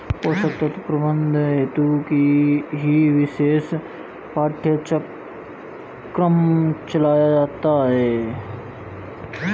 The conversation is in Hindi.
पोषक तत्व प्रबंधन हेतु ही विशेष पाठ्यक्रम चलाया जाता है